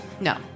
No